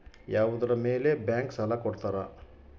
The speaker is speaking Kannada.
ಯಾವುದರ ಮೇಲೆ ಬ್ಯಾಂಕ್ ಸಾಲ ಕೊಡ್ತಾರ?